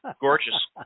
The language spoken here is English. Gorgeous